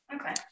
Okay